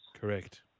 Correct